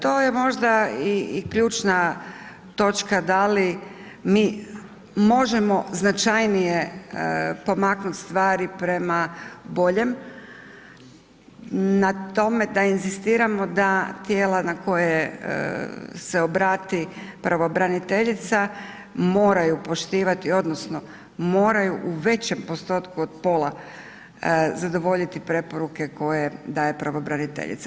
To je možda i ključna točka da li mi možemo značajnije pomaknuti stvari prema boljem na tome da inzistiramo da tijela na koje se obrati pravobraniteljica moraju poštivati odnosno moraju u većem postotku od pola zadovoljiti preporuke koje daje pravobraniteljica.